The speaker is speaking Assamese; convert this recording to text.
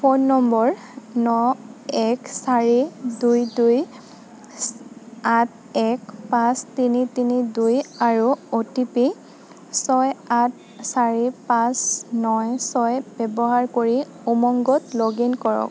ফোন নম্বৰ ন এক চাৰি দুই দুই আঠ এক পাঁচ তিনি তিনি দুই আৰু অ' টি পি ছয় আঠ চাৰি পাঁচ ন ছয় ব্যৱহাৰ কৰি উমংগত লগ ইন কৰক